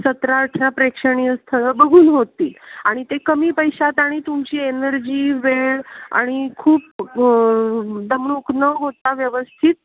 सतरा अठरा प्रेक्षणीय स्थळं बघून होतील आणि ते कमी पैशात आणि तुमची एनर्जी वेळ आणि खूप दमणूक न होता व्यवस्थित